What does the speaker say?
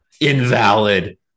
invalid